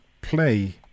play